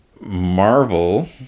Marvel